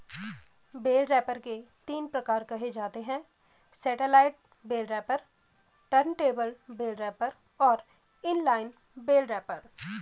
bell wrapper के तीन प्रकार कहे जाते हैं satellite bale wrapper, turntable bale wrapper और इन लाइन बेल रैपर